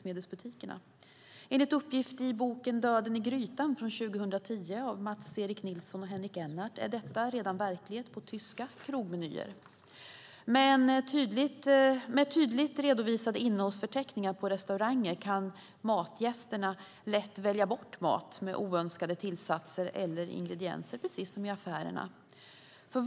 Enligt uppgift i boken Döden i grytan från 2010 av Mats-Eric Nilsson och Henrik Ennart är detta redan verklighet på tyska krogmenyer. Med tydligt redovisade innehållsförteckningar på restauranger kan matgästerna lätt välja bort mat med oönskade tillsatser eller ingredienser, precis som i affärer.